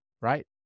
right